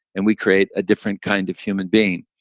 and we create a different kind of human being.